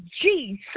Jesus